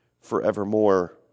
forevermore